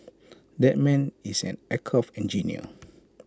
that man is an aircraft engineer